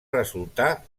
resultar